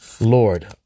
lord